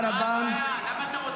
אומר את זה?